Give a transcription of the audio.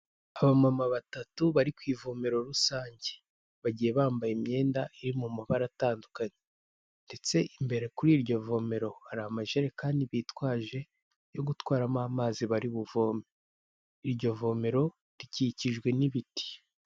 Abamama batatu bari ku ivomero rusange, bagiye bambaye imyenda iri mu mabara atandukanye ndetse imbere kuri iryo vomero hari amajerekani bitwaje yo gutwaramo amazi bari buvome. Iryo vomero rikikijwe n'ibiti.